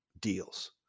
deals